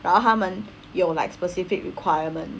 然后他们有 like specific requirements